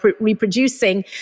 reproducing